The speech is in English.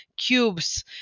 Cubes